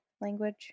language